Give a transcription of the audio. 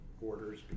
orders